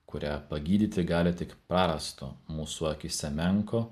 kurią pagydyti gali tik prarasto mūsų akyse menko